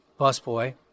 busboy